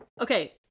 okay